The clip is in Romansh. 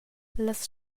las